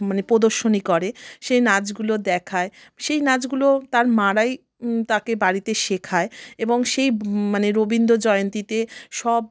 মানে প্রদর্শনী করে সেই নাচগুলো দেখায় সেই নাচগুলো তার মা রাই তাকে বাড়িতে শেখায় এবং সেই মানে রবীন্দ্রজয়ন্তীতে সব